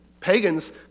Pagans